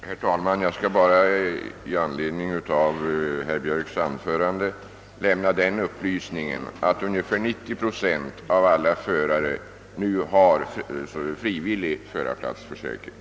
Herr talman! Med anledning av herr Björks anförande vill jag bara lämna den upplysningen, att ungefär 90 procent av alla förare nu har frivillig förarplatsförsäkring.